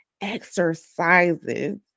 exercises